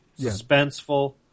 Suspenseful